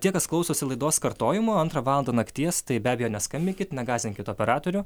tie kas klausosi laidos kartojimo antrą valandą nakties tai be abejo neskambinkit negąsdinkit operatorių